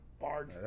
barge